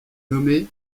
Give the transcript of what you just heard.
nommée